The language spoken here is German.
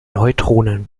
neutronen